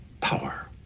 power